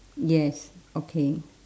yes okay